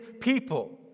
people